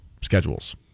schedules